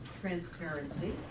transparency